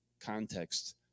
context